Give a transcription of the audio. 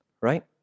right